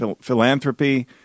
philanthropy